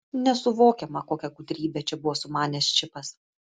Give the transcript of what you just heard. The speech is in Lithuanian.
nesuvokiama kokią gudrybę čia buvo sumanęs čipas